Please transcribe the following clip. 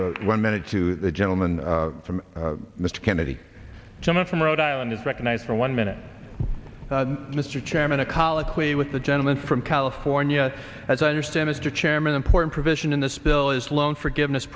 now one minute to the gentleman from mr kennedy some of them rhode island is recognized for one minute mr chairman a colloquy with the gentleman from california as i understand mr chairman important provision in this bill is loan forgiveness